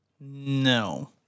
No